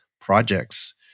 projects